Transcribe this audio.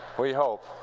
we hope.